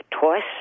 twice